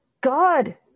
God